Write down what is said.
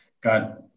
got